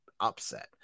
upset